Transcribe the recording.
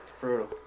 Brutal